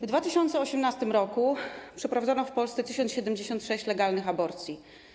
W 2018 r. przeprowadzono w Polsce 1076 legalnych aborcji.